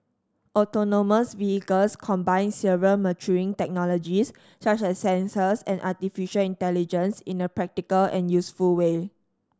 autonomous vehicles combine several maturing technologies such as sensors and artificial intelligence in a practical and useful way